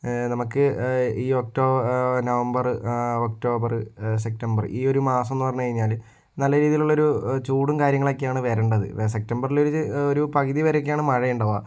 നമുക്ക് ഈ October November October September ഈ മാസമെന്നു പറഞ്ഞു കഴിഞ്ഞാൽ നല്ല രീതിയിലുള്ളൊരു ചൂടും കാര്യങ്ങളൊക്കെയാണ് വരേണ്ടത് സെപ്റ്റംബറിൽ ഒരു പകുതി വരെയൊക്കെയാണ് മഴയുണ്ടാവുക